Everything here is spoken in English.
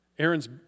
Aaron's